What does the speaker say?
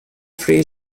free